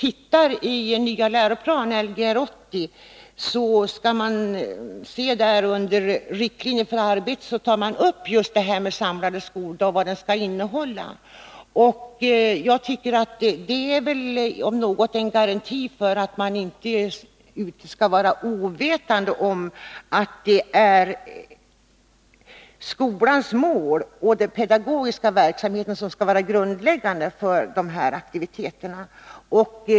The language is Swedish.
I den nya läroplanen, Lgr 80, anges just vad den samlade skoldagen skall innehålla. Jag tycker att det om något är en garanti för att man inte skall vara ovetande om att skolans mål och den pedagogiska verksamheten skall vara grundläggande för aktiviteterna.